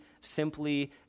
simply